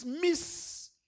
miss